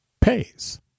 pays